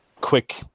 quick